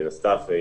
בנוסף,